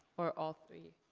or all three?